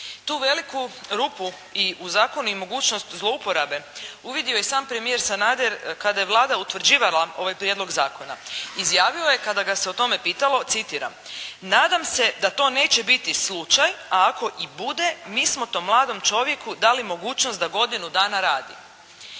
Tu veliku rupu i u zakonu i mogućnost zlouporabe uvidio je i sam premijer Sanader kada je Vlada utvrđivala ovaj prijedlog zakona. Izjavio je kada ga se o tome pitalo, citiram: "Nadam se da to neće biti slučaj, a ako i bude mi smo tom mladom čovjeku dali mogućnost da godinu dana radi.".